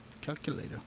calculator